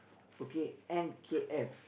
okay N_K_F